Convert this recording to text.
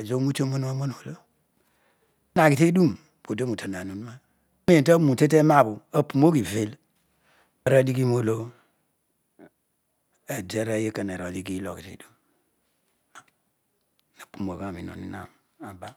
ezo oroute orohoro areonom oolo tedun podi orotohann ohuroa taroute teroabho apuroogh iveh, aruadighi roolo ediarooy ekona ighill ogho tedim abumogh ugha roi hou ihan aba